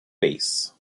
base